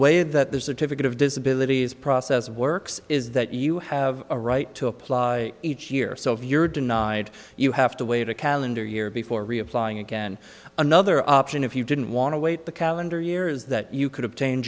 way that there's a typical of disability process works is that you have a right to apply each year so if you're denied you have to wait a calendar year before reapplying again another option if you didn't want to wait the calendar years that you could obtain